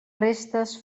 restes